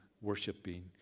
worshiping